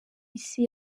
isi